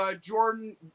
Jordan